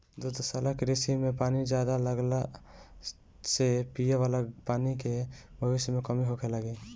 दुग्धशाला कृषि में पानी ज्यादा लगला से पिये वाला पानी के भविष्य में कमी होखे लागि